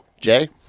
Jay